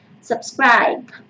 subscribe